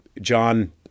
John